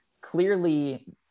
clearly